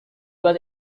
was